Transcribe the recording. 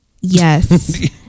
yes